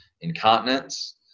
incontinence